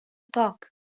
park